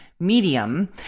medium